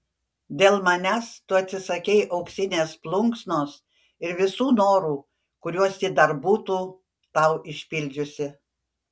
dėl manęs tu atsisakei auksinės plunksnos ir visų norų kuriuos ji dar būtų tau išpildžiusi